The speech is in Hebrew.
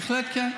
בהחלט, כן.